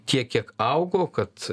tiek kiek augo kad